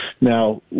now